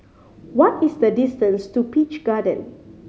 what is the distance to Peach Garden